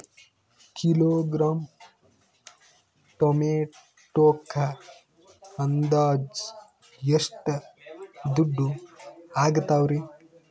Kilogram ಟೊಮೆಟೊಕ್ಕ ಅಂದಾಜ್ ಎಷ್ಟ ದುಡ್ಡ ಅಗತವರಿ?